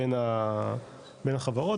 בין החברות,